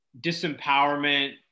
disempowerment